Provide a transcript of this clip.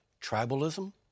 tribalism